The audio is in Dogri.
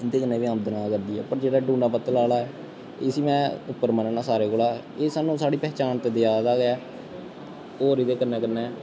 इं'दे कन्नै बी आमदन आवा करदी ऐ पर जेह्ड़ा डूना पत्तल आह्ला ऐ इस्सी में उप्पर मन्नना सारें कोला एह् सानूं साढ़ी पह्चान ते देआ दा गै ऐ होर एह्दे कन्नै कन्नै